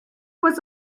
was